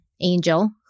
Angel